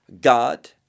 god